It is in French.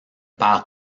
perd